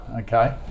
okay